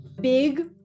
big